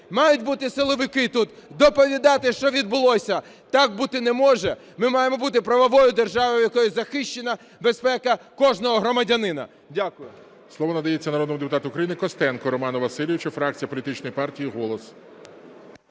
Мають бути силовики тут, доповідати, що відбулося. Так бути не може, ми маємо бути правовою державою, в якої захищена безпека кожного громадянина. Дякую.